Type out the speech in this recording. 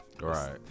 Right